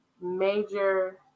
major